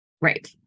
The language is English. Right